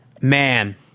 Man